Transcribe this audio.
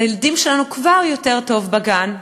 לילדים שלנו כבר יותר טוב בגן,